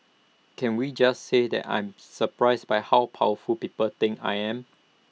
can we just say that I'm surprised by how powerful people think I am